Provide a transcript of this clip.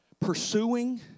pursuing